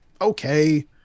okay